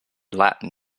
latin